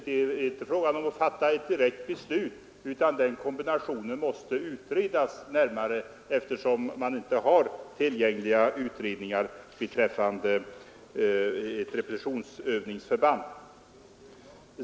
Det är inte fråga om att fatta ett direkt beslut, utan den kombinationen måste utredas närmare, eftersom man inte har aktuella utredningar beträffande ett repetitionsövningsförband.